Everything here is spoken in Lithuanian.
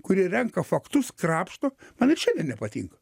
kuri renka faktus krapšto man ir šiandien nepatinka